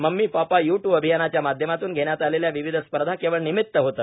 mummy papa you too अभियानाच्या माध्यमातून घेण्यात आलेल्या विविध स्पर्धा केवळ निमित्त होते